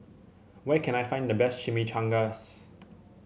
where can I find the best Chimichangas